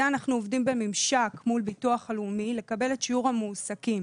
אנחנו עובדים בממשק מול ביטוח לאומי לקבל את שיעור המועסקים